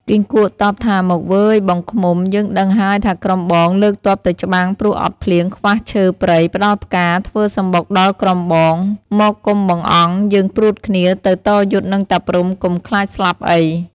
គីង្គក់តបថា “ មកវ៉ឺយ ! បងឃ្មុំ! យើងដឹងហើយថាក្រុមបង លើកទ័ពទៅច្បាំង ព្រោះអត់ភ្លៀងខ្វះឈើព្រៃផ្តល់ផ្កាធ្វើសំបុកដល់ក្រុមបង មកកុំបង្អង់ យើងព្រួតគ្នាទៅតយុទ្ធនឹងតាព្រហ្មកុំខ្លាចស្លាប់អី" ។